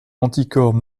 anticorps